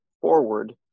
forward